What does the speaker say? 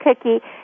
cookie